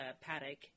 paddock